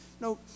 No